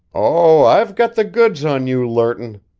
oh, i've got the goods on you, lerton!